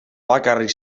bakarrik